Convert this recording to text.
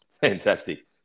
Fantastic